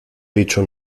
dicho